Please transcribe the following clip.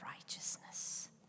righteousness